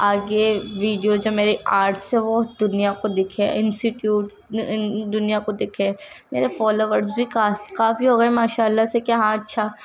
آگے ویڈیو جو میری آرٹس ہے وہ دنیا کو دکھے انسٹیٹیوٹ دنیا کو دکھے میرے فالوورس بھی کافی ہو گئے ہیں ماشاء اللّہ سے کہ ہاں اچّھا